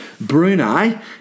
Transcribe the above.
Brunei